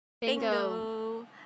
bingo